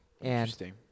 Interesting